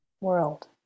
World